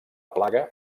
plaga